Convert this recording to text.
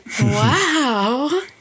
wow